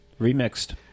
Remixed